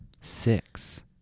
six